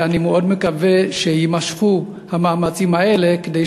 אני מאוד מקווה שהמאמצים האלה יימשכו, כדי